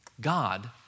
God